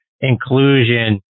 inclusion